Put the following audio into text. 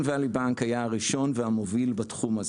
ואלי בנק היה הראשון והמוביל בתחום הזה,